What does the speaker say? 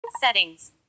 Settings